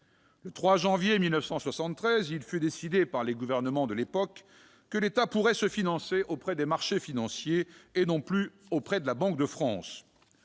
Le 3 janvier 1973, il fut décidé par les gouvernants de l'époque que l'État pourrait se financer auprès des marchés financiers et non plus auprès de la Banque de France.